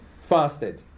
fasted